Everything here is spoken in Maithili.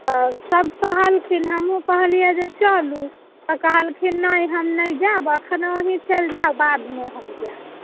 तऽ सब कहलखिन हमहुँ कहलियै जे चलू ओ कहलखिन नहि हम नहि जायब अखन अहिँ चलि जाउ बादमे हम जायब